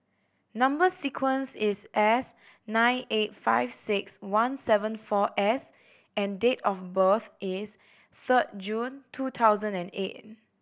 number sequence is S nine eight five six one seven four S and date of birth is third June two thousand and eight